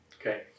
Okay